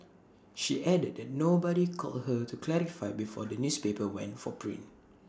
she added that nobody called her to clarify before the newspaper went for print